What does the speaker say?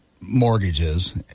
mortgages